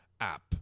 app